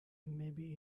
maybe